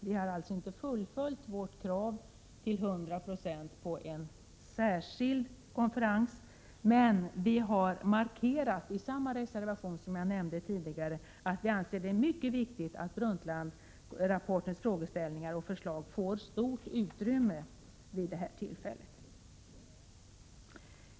Vi har alltså inte till hundra procent fullföljt vårt krav på en särskild konferens, men vi markerar i den tidigare nämnda reservationen att vi anser det mycket viktigt att Brundtlandrapportens frågeställningar och förslag får stort utrymme vid det här tillfället.